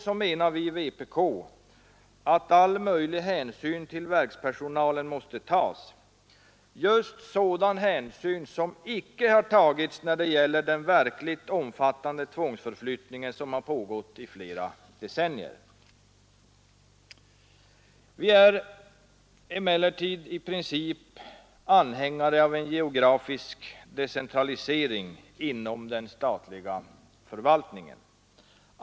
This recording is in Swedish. Tvärtom menar vi i vpk att all möjlig hänsyn till verkspersonalen måste tas — just sådan hänsyn som icke har tagits när det gäller den verkligt omfattande tvångsförflyttning som har pågått i flera decennier. Vi är emellertid i princip anhängare av en geografisk decentralisering inom den statliga förvaltningen.